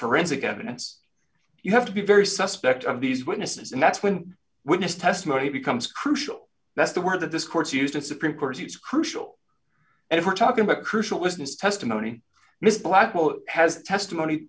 forensic evidence you have to be very suspect of these witnesses and that's when witness testimony becomes crucial that's the word that this court's used to supreme court it's crucial and if we're talking about crucial witness testimony this black vote has testimony